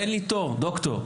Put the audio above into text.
אין לי תור, דוקטור.